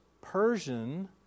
Persian